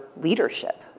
leadership